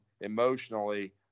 emotionally